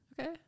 Okay